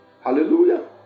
Hallelujah